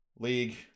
League